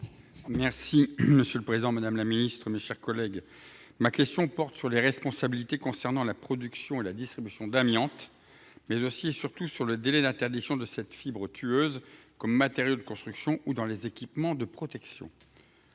ministre de la justice. Madame la ministre, ma question porte sur les responsabilités concernant la production et la distribution d’amiante, mais aussi, et surtout, sur le délai d’interdiction de cette fibre tueuse comme matériau de construction ou dans les équipements de protection.